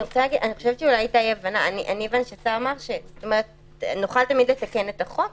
אני הבנתי שהשר אמר שנוכל תמיד לתקן את החוק,